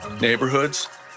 neighborhoods